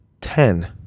Ten